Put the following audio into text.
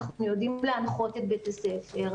אנחנו יודעים להנחות את בית הספר,